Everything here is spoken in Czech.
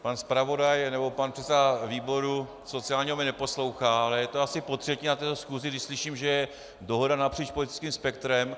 Pan zpravodaj nebo pan předseda výboru sociálního mě neposlouchá, ale je to asi potřetí na této schůzi, když slyším, že je dohoda napříč politickým spektrem.